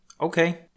Okay